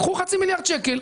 קחו חצי מיליארד שקלים,